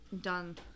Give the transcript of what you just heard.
done